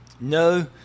no